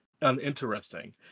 uninteresting